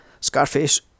Scarface